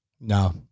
No